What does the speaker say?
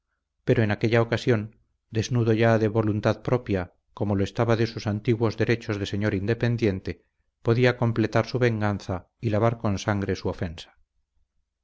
pero en aquella ocasión desnudo ya de voluntad propia como lo estaba de sus antiguos derechos de señor independiente podía completar su venganza y lavar con sangre su ofensa